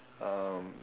um